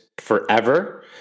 forever